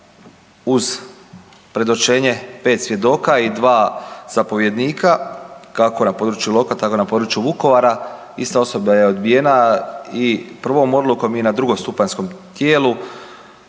uz predočenje 5 svjedoka i 2 zapovjednika kako na području Iloka tako na području Vukovara ista osoba je odbijena i prvom odlukom i na drugostupanjskom tijelu